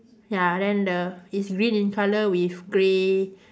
ya then the it's green in colour with grey